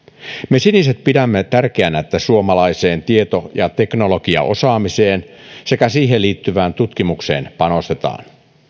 me siniset pidämme tärkeänä että suomalaiseen tieto ja teknologiaosaamiseen sekä siihen liittyvään tutkimukseen panostetaan